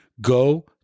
Go